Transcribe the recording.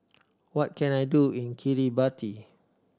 what can I do in Kiribati